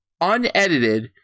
unedited